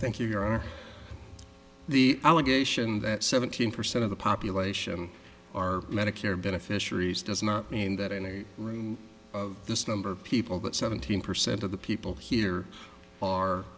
thank you your honor the allegation that seventeen percent of the population are medicare beneficiaries does not mean that any of this number of people that seventeen percent of the people here are